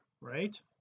right